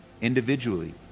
individually